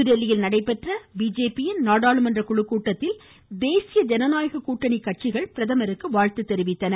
புதுதில்லியில் நடைபெற்ற கட்சியின் நாடாளுமன்ற குழு கூட்டத்தில் தேசிய ஜனநாயக கூட்டணி கட்சிகள் பிரதமருக்கு வாழ்த்து தெரிவித்தன